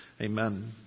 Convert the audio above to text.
Amen